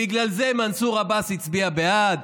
בגלל זה מנסור עבאס הצביע בעד,